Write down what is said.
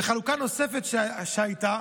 חלוקה נוספת הייתה